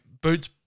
boots